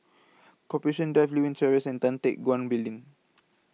Corporation Drive Lewin Terrace and Tan Teck Guan Building